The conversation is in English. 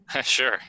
sure